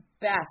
best